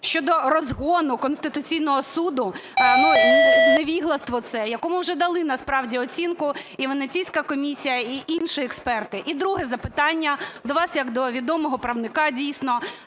щодо розгону Конституційного Суду, невігластво це, якому вже дали насправді оцінку і Венеційська комісія і інші експерти? І друге запитання до вас як до відомого правника, дійсно.